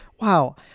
Wow